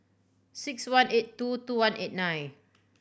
six one eight two two one eight nine